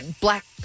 Black